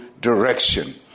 direction